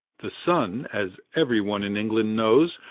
the sun, as every one in england knows,